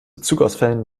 zugausfällen